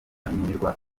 nkenerwa